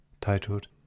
titled